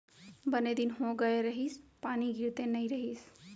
बने दिन हो गए रहिस, पानी गिरते नइ रहिस